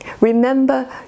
Remember